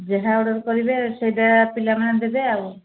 ଯାହା ଅର୍ଡର୍ କରିବେ ସେଇଟା ପିଲାମାନେ ଦେବେ ଆଉ